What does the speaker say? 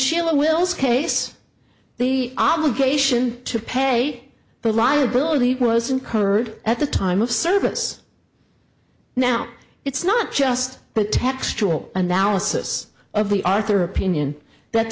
sheila wills case the obligation to pay the liability was incurred at the time of service now it's not just but textual analysis of the arthur opinion that